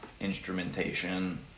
instrumentation